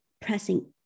pressing